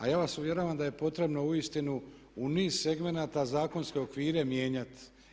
A ja vas uvjeravam da je potrebno uistinu u niz segmenata zakonske okvire mijenjat.